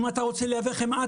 אם אתה רוצה לייבא חמאה,